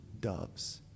doves